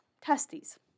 testes